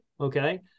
Okay